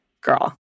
Girl